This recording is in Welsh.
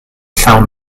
llawn